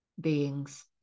beings